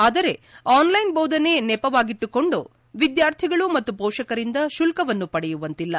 ಆದರೆ ಆನ್ಲೈನ್ ಬೋಧನೆ ನೆಪವಾಗಿಟ್ಟುಕೊಂಡು ವಿದ್ವಾರ್ಥಿಗಳು ಮತ್ತು ಪೋಷಕರಿಂದ ಶುಲ್ಲವನ್ನು ಪಡೆಯುವಂತಿಲ್ಲ